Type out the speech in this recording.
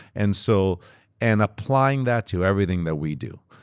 and so and applying that to everything that we do.